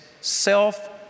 self